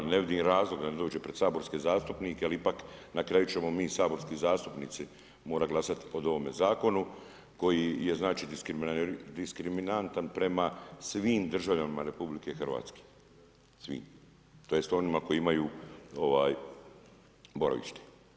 Ne vidim razlog da ne dođe pred saborske zastupnike, jer ipak na kraju, ćemo mi, saborski zastupnici, morati glasati po ovome zakonu, koji je znači diskriminantan prema svim državljanima RH, tj. onima koji imaju boravište.